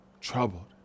Troubled